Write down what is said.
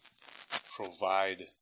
Provide